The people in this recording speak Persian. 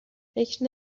فکر